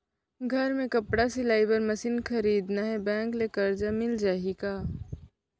घर मे कपड़ा सिलाई बार मशीन खरीदना हे बैंक ले करजा मिलिस जाही का?